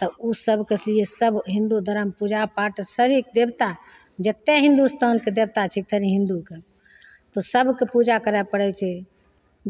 तऽ ओ सभके सब हिन्दू धरम पूजा पाठ सभी देवता जतेक हिन्दुस्तानके देवता छिकथिन हिन्दूके तऽ सभके पूजाके करै पड़ै छै